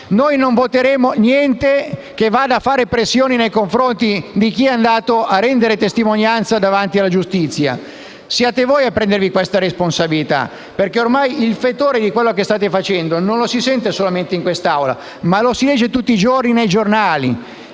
Noi non voteremo niente che faccia pressioni nei confronti di chi è andato a rendere testimonianza davanti alla giustizia. Siate voi a prendervi questa responsabilità, perché ormai il fetore di quello che state facendo non lo si sente solo in quest'Aula, ma lo si legge tutti i giorni sui giornali.